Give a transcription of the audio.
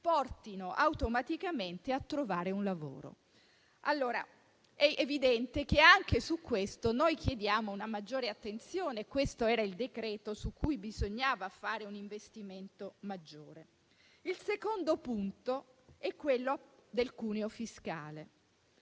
portino automaticamente a trovare un lavoro. È evidente che anche su questo noi chiediamo una maggiore attenzione, perché sul presente decreto-legge bisognava fare un investimento maggiore. Il secondo punto concerne il cuneo fiscale.